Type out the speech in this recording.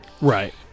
Right